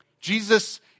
Jesus